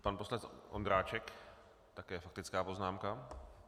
Pan poslanec Ondráček, také faktická poznámka.